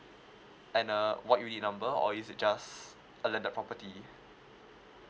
and uh what unit number or is it just a landed property